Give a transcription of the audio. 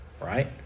right